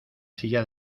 silla